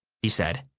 he said.